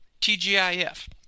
TGIF